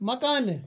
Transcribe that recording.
مکانہٕ